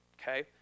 okay